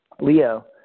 Leo